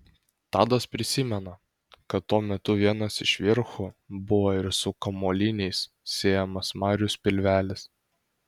tadas prisimena kad tuo metu vienas iš verchų buvo ir su kamuoliniais siejamas marius pilvelis